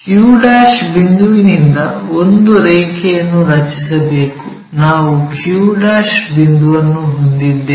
q ಬಿಂದುವಿನಿಂದ ಒಂದು ರೇಖೆಯನ್ನು ರಚಿಸಬೇಕು ನಾವು q ಬಿಂದುವನ್ನು ಹೊಂದಿದ್ದೇವೆ